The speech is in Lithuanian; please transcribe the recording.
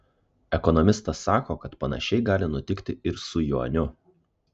ekonomistas sako kad panašiai gali nutikti ir su juaniu